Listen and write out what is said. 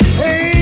hey